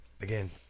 Again